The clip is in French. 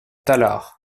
tallard